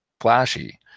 flashy